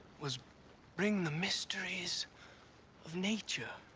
was bring the mysteries of nature